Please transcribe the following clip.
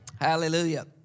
Hallelujah